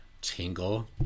tingle